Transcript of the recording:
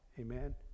Amen